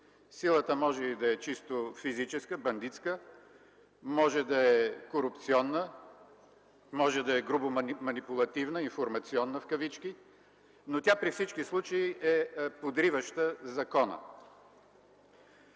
Силата може и да е чисто физическа, бандитска, може да е корупционна, може да е грубо манипулативна – информационна в кавички, но тя при всички случаи е подриваща закона.